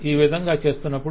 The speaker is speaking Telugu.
ఈ విధంగా చేస్తునప్పుడు